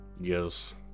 Yes